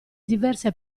diverse